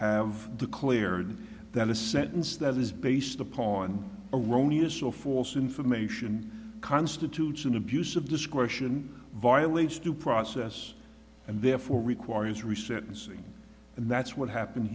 have declared that a sentence that is based upon erroneous or false information constitutes an abuse of discretion violates due process and therefore requires reset and c and that's what happened